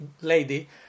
lady